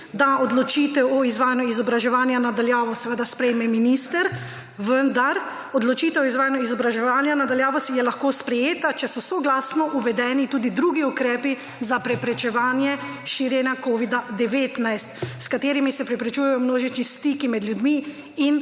da odločitev o izvajanju izobraževanja na daljavo seveda sprejme minister, vendar odločitev o izvajanju izobraževanja na daljavo je lahko sprejeta, če so soglasno uvedeni tudi drugi ukrepi za preprečevanje širjenja Covid-19, s katerimi se preprečujejo množični stiki med ljudmi in